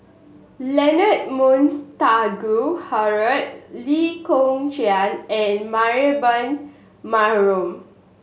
Leonard Montague Harrod Lee Kong Chian and Mariam